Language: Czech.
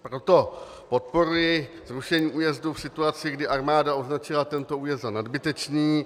Proto podporuji zrušení újezdu v situaci, kdy armáda označila tento újezd za nadbytečný.